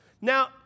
Now